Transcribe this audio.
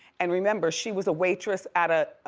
and remember, she was a waitress at a